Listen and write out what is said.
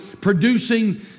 producing